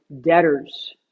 debtors